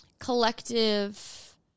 collective